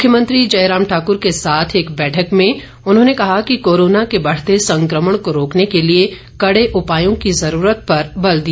मुख्यमंत्री जयराम ठाकर के साथ एक बैठक में उन्होंने कहा कि कोरोना के बढ़ते संक्रमण को रोकने के लिए कई उपायों की जरूरत पर बल दिया